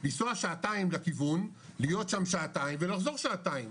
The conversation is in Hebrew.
לנסוע שעתיים לכיוון להיות שם שעתיים ולחזור שעתיים,